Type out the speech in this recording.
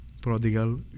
Prodigal